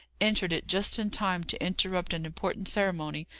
entered it just in time to interrupt an important ceremony,